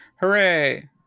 hooray